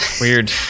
Weird